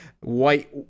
white